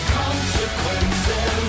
consequences